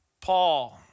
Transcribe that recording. Paul